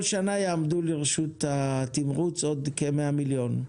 כל שנה יעמדו לרשות התמרוץ עוד כ-100 מיליון.